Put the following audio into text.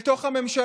אל תוך הממשלה.